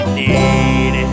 need